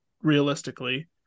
realistically